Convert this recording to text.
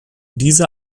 diese